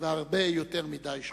והרבה יותר מדי שכול.